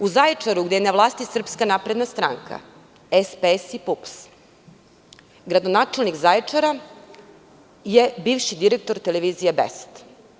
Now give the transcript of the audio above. U Zaječaru, gde je na vlasti SNS, SPS i PUPS, gradonačelnik Zaječara je bivši direktor Televizije „Best“